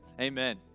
Amen